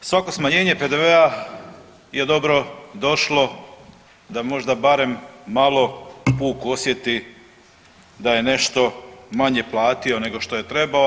Svako smanjenje PDV-a je dobro došlo da možda barem malo vuk osjeti da je nešto manje platio nego što je trebao.